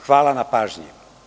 Hvala na pažnji.